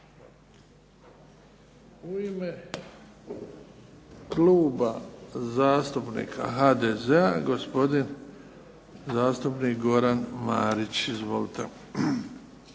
U ime Kluba zastupnika HDZ-a gospodin zastupnik Goran Marić izvolite.